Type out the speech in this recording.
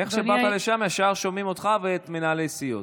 איך שבאת לשם, ישר שומעים אותך ואת מנהלי הסיעות.